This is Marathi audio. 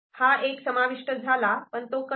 हा एक समाविष्ट झाला तर तो कसा